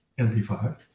MP5